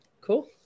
Cool